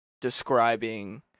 describing